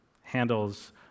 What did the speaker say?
handles